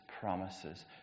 promises